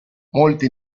molte